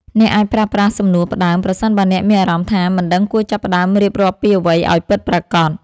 អ្នកអាចប្រើប្រាស់សំណួរផ្ដើម ប្រសិនបើអ្នកមានអារម្មណ៍ថា មិនដឹងគួរចាប់ផ្ដើមរៀបរាប់ពីអ្វីឱ្យពិតប្រាកដ។